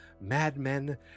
madmen